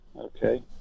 Okay